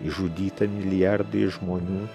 išžudyta milijardai žmonių